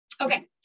Okay